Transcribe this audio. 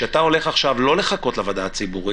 שאתה עכשיו לא הולך לחכות לוועדה הציבורית,